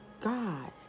God